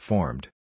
Formed